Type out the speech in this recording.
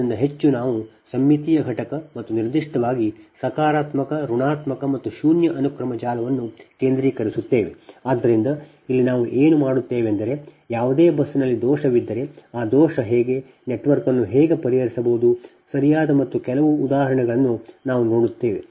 ಆದ್ದರಿಂದ ಹೆಚ್ಚು ನಾವು ಸಮ್ಮಿತೀಯ ಘಟಕ ಮತ್ತು ನಿರ್ದಿಷ್ಟವಾಗಿ ಸಕಾರಾತ್ಮಕ ಋಣಾತ್ಮಕ ಮತ್ತು ಶೂನ್ಯ ಅನುಕ್ರಮ ಜಾಲವನ್ನು ಕೇಂದ್ರೀಕರಿಸುತ್ತೇವೆ ಆದ್ದರಿಂದ ಇಲ್ಲಿ ನಾವು ಏನು ಮಾಡುತ್ತೇವೆಂದರೆ ಯಾವುದೇ ಬಸ್ನಲ್ಲಿ ದೋಷವಿದ್ದರೆ ಈ ದೋಷ ಹೇಗೆ ನೆಟ್ವರ್ಕ್ ಅನ್ನು ಹೇಗೆ ಪರಿಹರಿಸಬಹುದು ಸರಿಯಾದ ಮತ್ತು ಕೆಲವು ಉದಾಹರಣೆಗಳನ್ನು ನಾವು ನೋಡುತ್ತೇವೆ